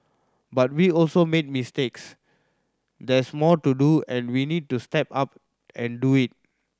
but we also made mistakes there's more to do and we need to step up and do it